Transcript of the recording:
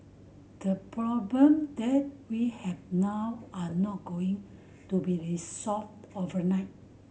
the problem that we have now are not going to be resolved overnight